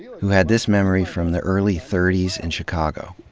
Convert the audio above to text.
who had this memory from the early thirties in chicago.